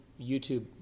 YouTube